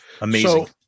Amazing